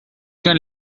can